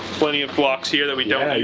plenty of blocks here that we don't yeah